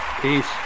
Peace